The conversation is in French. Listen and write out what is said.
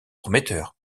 prometteurs